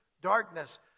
darkness